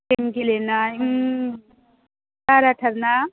game गेलेनाय बाराथार ना